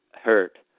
hurt